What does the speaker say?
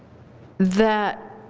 that